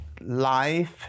life